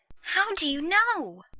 how do you know?